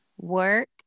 work